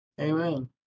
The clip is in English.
Amen